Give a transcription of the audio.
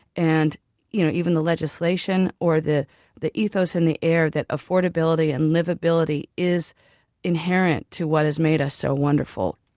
and you know even the legislation, or the the ethos in the air that affordability and livability is inherent to what has made us so wonderful.